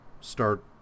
start